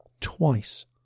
Twice